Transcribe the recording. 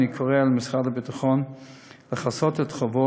אני קורא למשרד הביטחון לכסות את חובו